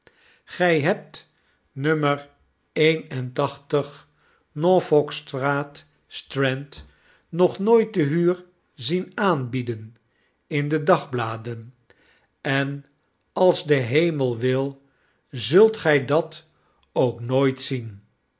gy hebt no een en tachtig n orf olk-str aat strand nog nooit te huur zien aanbieden in de dagbladen en als de hemel wil zult gy dat ook nooit zien